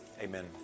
Amen